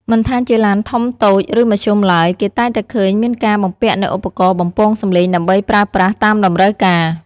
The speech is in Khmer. មិនថាជាឡានធំតូច ឬមធ្យមឡើយ គេតែងតែឃើញមានការបំពាក់នូវឧបករណ៍បំពងសម្លេងដើម្បីប្រើប្រាស់តាមតម្រូវការ។